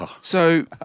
So-